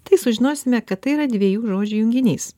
tai sužinosime kad tai yra dviejų žodžių junginys